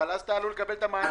אבל אז אתה עלול לקבל את המענק.